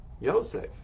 Yosef